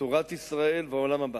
תורת ישראל והעולם הבא.